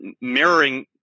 mirroring